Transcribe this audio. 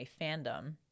fandom